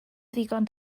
ddigon